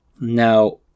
Now